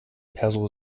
perso